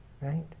right